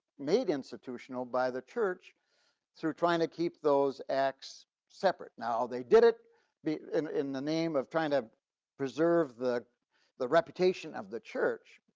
made institutional by the church through trying to keep those acts separate. now they did it in in the name of trying to preserve the the reputation of the church.